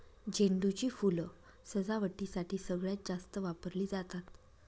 झेंडू ची फुलं सजावटीसाठी सगळ्यात जास्त वापरली जातात